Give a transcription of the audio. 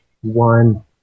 one